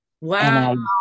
Wow